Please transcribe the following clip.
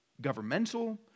governmental